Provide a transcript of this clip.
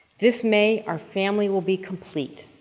this may our family will be complete.